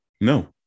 No